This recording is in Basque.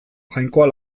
jainkoa